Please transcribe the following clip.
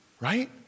Right